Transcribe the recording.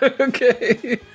Okay